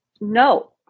no